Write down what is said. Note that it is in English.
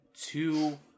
two